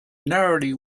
narrowly